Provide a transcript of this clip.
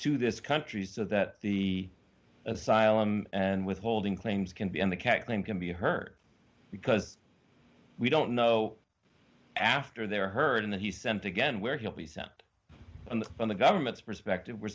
to this countries so that the asylum and withholding claims can be on the cackling can be heard because we don't know after their heard him that he sent again where he'll be sent on the on the government's perspective we're